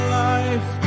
life